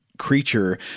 creature